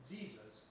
Jesus